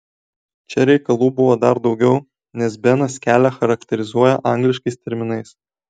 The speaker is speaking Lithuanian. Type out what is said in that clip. čia reikalų buvo dar daugiau nes benas kelią charakterizuoja angliškais terminais